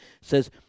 says